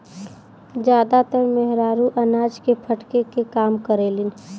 जादातर मेहरारू अनाज के फटके के काम करेलिन